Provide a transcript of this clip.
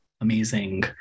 amazing